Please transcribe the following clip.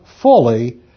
fully